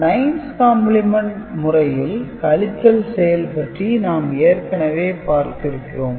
9's complement முறையில் கழித்தல் செயல் பற்றி நாம் ஏற்கனவே பார்த்திருக்கிறோம்